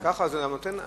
זה נותן אמיתות.